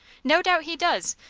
no doubt he does,